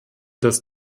dass